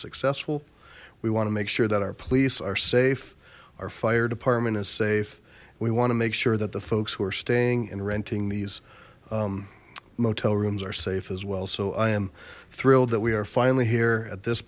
successful we want to make sure that our police are safe our fire department is safe we want to make sure that the folks who are staying and renting these motel rooms are safe as well so i am thrilled that we are finally here at this